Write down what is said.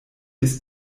ist